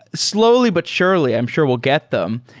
slowly but surely, i'm sure we'll get them.